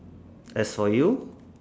as for you